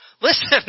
Listen